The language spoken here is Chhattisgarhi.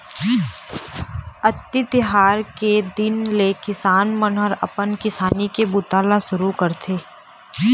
अक्ती तिहार के दिन ले किसान मन ह अपन किसानी के बूता ल सुरू करथे